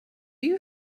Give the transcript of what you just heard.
you